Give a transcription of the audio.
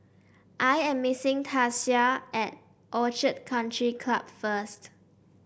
I am meeting Tasia at Orchid Country Club first